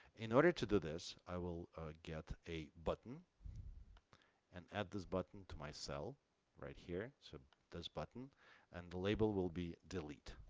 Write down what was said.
in order to do this, i will get a button and add this button to my cell right here. so this button and the label will be delete.